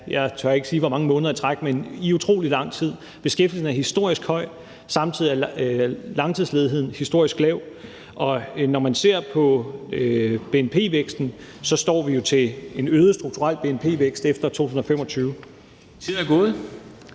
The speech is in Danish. jeg tør ikke sige hvor mange måneder i træk, men i utrolig lang tid. Beskæftigelsen er historisk høj, samtidig er langtidsledigheden historisk lav, og når man ser på bnp-væksten, står vi jo til en øget strukturel bnp-vækst efter 2025. Kl.